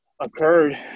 occurred